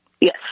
Yes